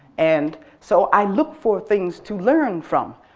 and so i look for things to learn from,